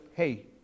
Hey